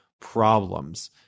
problems